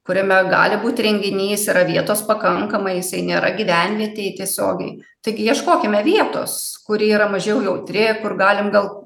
kuriame gali būt renginys yra vietos pakankamai jisai nėra gyvenvietėj tiesiogiai taigi ieškokime vietos kuri yra mažiau jautri kur galim gal